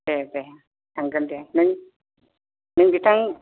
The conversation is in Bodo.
दे दे थांगोन दे नों बिथां